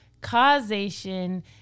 causation